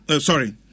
sorry